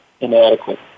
inadequate